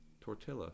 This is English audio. Tortilla